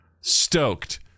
stoked